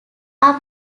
are